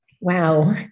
Wow